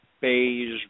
beige